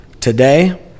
Today